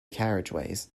carriageways